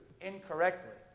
incorrectly